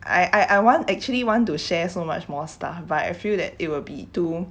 I I want actually want to share so much more stuff I feel that it will be too